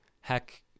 heck